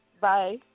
Bye